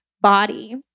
body